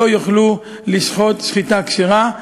שלא יוכלו לשחוט שחיטה כשרה.